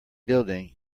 building